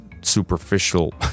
superficial